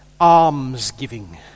almsgiving